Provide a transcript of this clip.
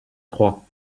trois